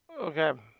okay